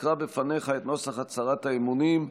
אקרא בפניך את נוסח הצהרת האמונים,